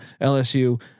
LSU